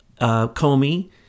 Comey